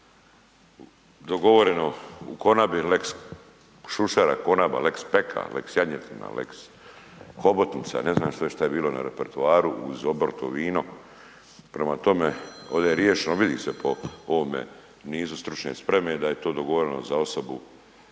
dogovoreno u konabi, lex šušara, konaba, lex peka, lex janjetina, lex hobotnica, ne znam šta je sve bilo na repertoaru uz oborito vino, prema tome ovdje je riješeno, vidi se po ovome nizu stručne spreme da je to dogovoreno za osobu,